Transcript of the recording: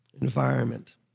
Environment